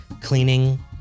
cleaning